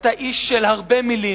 אתה איש של הרבה מלים,